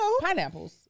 pineapples